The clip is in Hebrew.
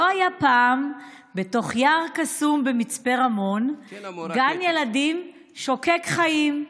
היה היה פעם בתוך יער קסום במצפה רמון גן ילדים שוקק חיים.